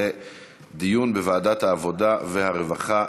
לדיון בוועדת העבודה והרווחה.